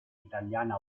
italiana